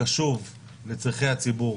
קשוב לצורכי הציבור